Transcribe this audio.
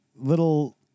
little